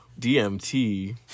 DMT